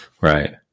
Right